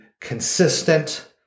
consistent